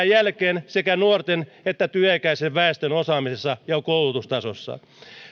jälkeen sekä nuorten että työikäisen väestön osaamisessa ja koulutustasossa